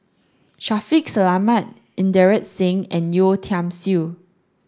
Shaffiq Selamat Inderjit Singh and Yeo Tiam Siew